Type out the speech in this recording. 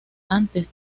antes